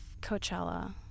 Coachella